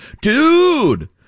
dude